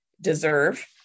deserve